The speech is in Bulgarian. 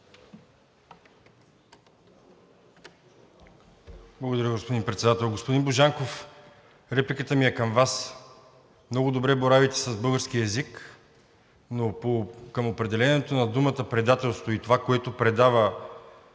Благодаря, господин Председател. Господин Божанков, репликата ми е към Вас. Много добре боравите с българския език, но към определението на думата „предателство“ и за това, което направиха